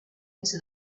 into